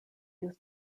was